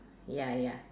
ya ya